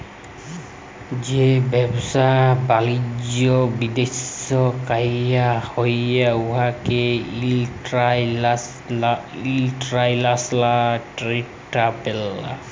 যে ব্যবসা বালিজ্য বিদ্যাশে ক্যরা হ্যয় উয়াকে ইলটারল্যাশলাল টেরেড ব্যলে